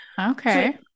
okay